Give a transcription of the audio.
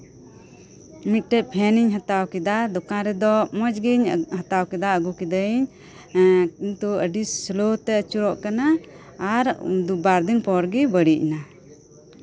ᱢᱤᱫᱴᱮᱡ ᱯᱷᱮᱱ ᱤᱧ ᱦᱟᱛᱟᱣ ᱠᱮᱫᱟ ᱫᱳᱠᱟᱱ ᱨᱮᱫᱚ ᱢᱚᱸᱡᱜᱤᱧ ᱦᱟᱛᱟᱣ ᱠᱮᱫᱟ ᱟᱹᱜᱩ ᱠᱮᱫᱟᱧ ᱠᱤᱱᱛᱩ ᱟᱹᱰᱤ ᱥᱳᱞᱳᱛᱮ ᱟᱹᱪᱩᱨᱚᱜ ᱠᱟᱱᱟ ᱟᱨ ᱵᱟᱨ ᱫᱤᱱ ᱯᱚᱨᱜᱮ ᱵᱟᱹᱲᱤᱡ ᱮᱱᱟ